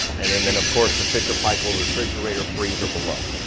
and and then of course, the fisher paykel refrigerator freezer below.